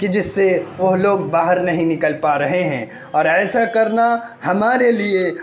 کہ جس سے وہ لوگ باہر نہیں نکل پا رہے ہیں اور ایسا کرنا ہمارے لیے